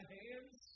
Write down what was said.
hands